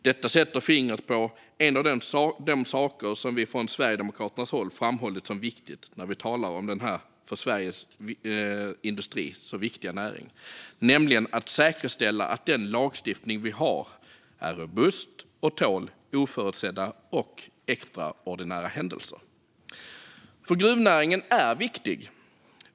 Detta sätter fingret på en av de saker vi från Sverigedemokraternas håll framhållit som viktiga när vi talar om denna för svensk industri så viktiga näring, nämligen att vi behöver säkerställa att den lagstiftning vi har är robust och tål oförutsedda och extraordinära händelser. Fru talman! Gruvnäringen är viktig.